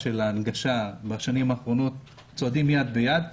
אנחנו צועדים איתם יד ביד,